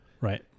Right